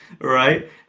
right